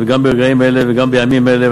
גם ברגעים אלה וגם בימים אלה,